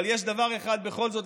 אבל יש דבר אחד בכל זאת,